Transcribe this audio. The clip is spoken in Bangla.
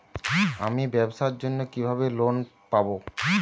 আমি ব্যবসার জন্য কিভাবে লোন পাব?